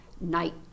night